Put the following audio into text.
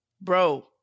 Bro